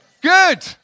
Good